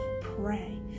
pray